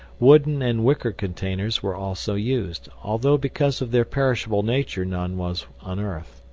wooden and wicker containers were also used, although because of their perishable nature none was unearthed.